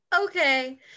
Okay